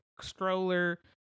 stroller